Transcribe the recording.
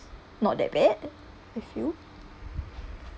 not that bad I feel